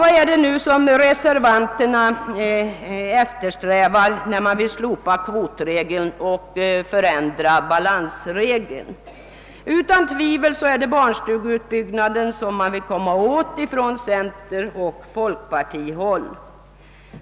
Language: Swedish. Vad är det då reservanterna efter strävar, när de vill slopa kvotregeln och förändra balansregeln? Ja, det är utan tvivel barnstugeutbyggnaden man på centeroch folkpartihåll vill komma åt.